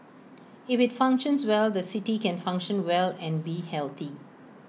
if IT functions well the city can function well and be healthy